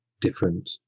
different